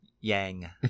Yang